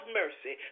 mercy